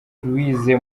luwize